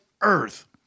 Earth